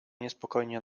niespokojnie